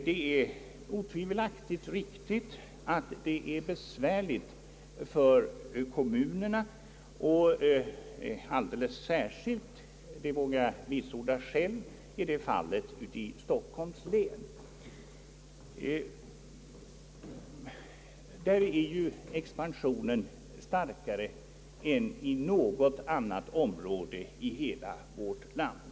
Det är otvivelaktigt riktigt att det är besvärligt för kommunerna, och alldeles särskilt — det vågar jag vitsorda själv är detta fallet i Stockholms län. Där är expansionen starkare än i något annat område i hela vårt land.